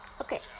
Okay